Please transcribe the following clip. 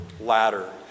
ladder